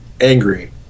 angry